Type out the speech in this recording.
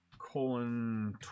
colon